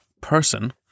person